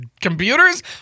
Computers